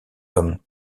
comme